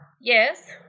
Yes